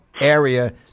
area